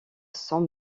cents